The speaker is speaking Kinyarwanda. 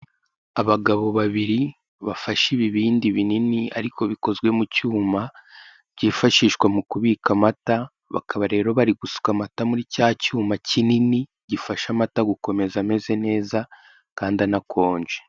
Abagabo babiri bafashe ibibindi binini ariko bikozwe mu cyuma cyifashishwa mu kubika amata, bakaba rero bari gusuka amata muri cya cyuma kinini, gifasha amata gukomeza ameze neza kandi anakonje.